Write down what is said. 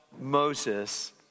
Moses